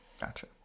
Gotcha